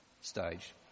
stage